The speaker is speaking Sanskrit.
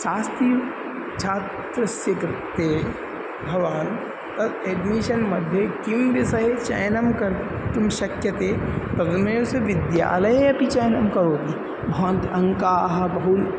शास्त्री छात्रस्य कृते भवान् तत् एड्मिषन्मध्ये किं विषये चयनं कर्तुं शक्यते तदनमेव विद्यालये अपि चयनं करोति भवन्तः अङ्काः बहवः